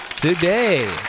today